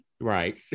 right